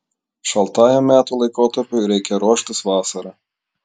šaltajam metų laikotarpiui reikia ruoštis vasarą